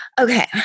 Okay